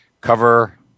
cover